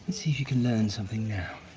see, if you can learn something now,